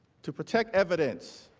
to protect evidence